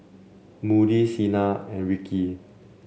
Moody Cena and Rikki